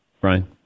Brian